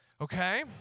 Okay